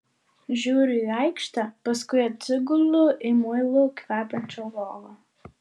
žiūriu į aikštę paskui atsigulu į muilu kvepiančią lovą